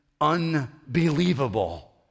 unbelievable